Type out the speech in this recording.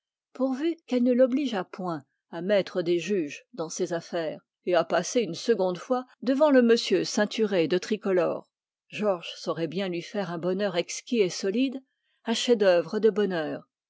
pourvu qu'elle ne l'obligeât point à mettre des juges dans ses affaires et à passer une seconde fois devant le monsieur ceinturé de tricolore georges saurait bien lui faire un bonheur exquis et solide un chef-d'œuvre de bonheur